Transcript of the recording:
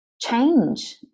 change